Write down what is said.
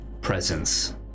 presence